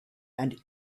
and